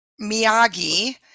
Miyagi